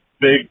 big